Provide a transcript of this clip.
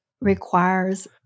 requires